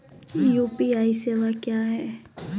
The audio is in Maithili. यु.पी.आई सेवा क्या हैं?